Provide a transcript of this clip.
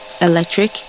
electric